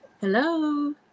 Hello